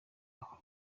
aho